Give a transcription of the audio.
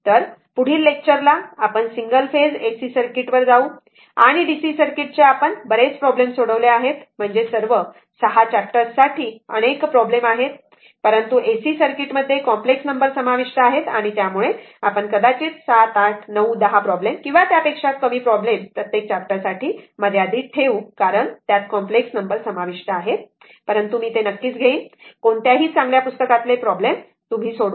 तर पुढील लेक्चरला आपण सिंगल फेज एसी सर्किट वर जाऊ आणि डीसी सर्किटचे आपण बरेच प्रॉब्लेम सोडवले आहेत म्हणजे सर्व 6 चॅप्टर्स साठी अनेक प्रॉब्लेम आहेत परंतु एसी सर्किटमध्ये कॉम्प्लेक्स नंबर समाविष्ट आहेत आणि त्यामुळे आपण कदाचित 7 8 9 10 प्रॉब्लेम किंवा त्यापेक्षा कमी प्रॉब्लेम प्रत्येक चॅप्टर साठी मर्यादित ठेऊ कारण त्यात कॉम्प्लेक्स नंबर समाविष्ट आहे परंतु मी घेईन कोणत्याही चांगल्या पुस्तकातले प्रॉब्लेम्स सोडवा